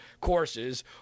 courses